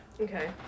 Okay